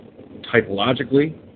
typologically